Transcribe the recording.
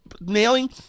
nailing